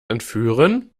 entführen